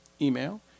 email